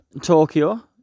Tokyo